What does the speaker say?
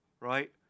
right